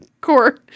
core